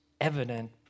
evident